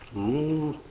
moved